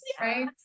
right